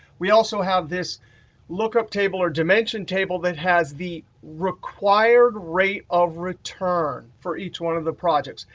we also have this look-up table or dimension table that has the required rate of return for each one of the projects.